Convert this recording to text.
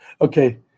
Okay